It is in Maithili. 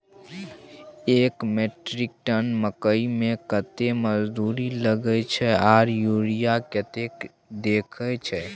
एक मेट्रिक टन मकई में कतेक मजदूरी लगे छै आर यूरिया कतेक देके छै?